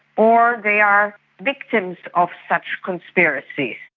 or they are victims of such conspiracies.